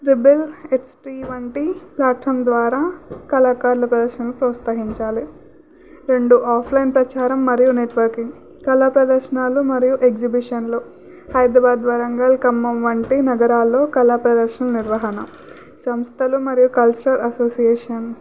ర్రిబిల్ హెచ్టి వంటి ప్లాట్ఫామ్ ద్వారా కళాకారుల ప్రదర్శనలు ప్రోత్సహించాలి రెండు ఆఫ్లైన్ ప్రచారం మరియు నెట్వర్కింగ్ కళా ప్రదర్శనలు మరియు ఎగక్జిబిషన్లు హైదరాబాదు వరంగలు ఖమ్మం వంటి నగరాల్లో కళా ప్రదర్శన నిర్వహణ సంస్థలు మరియు కల్చరల్ అసోసియేషన్